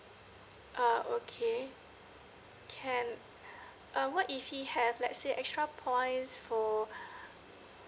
ah okay can uh what if he have let's say extra points for